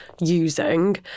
using